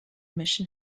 mission